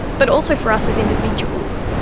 but also for us as individuals.